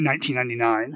1999